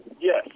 Yes